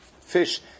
fish